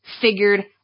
figured